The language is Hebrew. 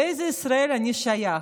לאיזה ישראל אני שייך?